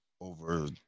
over